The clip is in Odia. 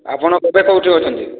ଆପଣ ଏବେ କେଉଁଠି ଅଛନ୍ତି